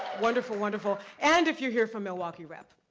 wonderful, wonderful. and if you're here from milwaukee rep?